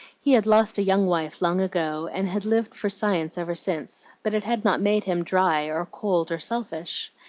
he had lost a young wife long ago, and had lived for science ever since, but it had not made him dry, or cold, or selfish.